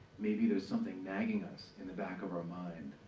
maybe there is something nagging us in the back of our mind,